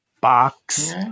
box